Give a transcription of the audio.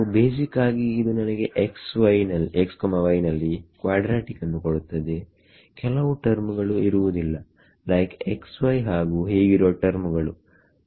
so basic ಆಗಿ ಇದು ನನಗೆ xy ನಲ್ಲಿ ಕ್ವಾಡ್ರಾಟಿಕ್ ನ್ನು ಕೊಡುತ್ತದೆ ಕೆಲವು ಟರ್ಮ್ ಗಳು ಇರುವುದಿಲ್ಲ ಲೈಕ್ xy ಹಾಗು ಹೀಗಿರುವ ಟರ್ಮು ಗಳು